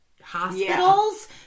hospitals